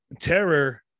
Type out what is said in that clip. Terror